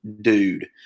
dude